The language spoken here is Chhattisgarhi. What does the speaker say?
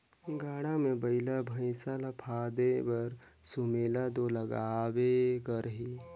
गाड़ा मे बइला भइसा ल फादे बर सुमेला दो लागबे करही